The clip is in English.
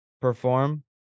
perform